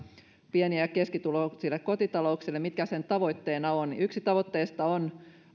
pieni ja keskituloisten kotitalouksien normaalien kohtuuhintaisten vuokra asumisasuntojen tavoitteena on yksi tavoitteista on